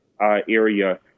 area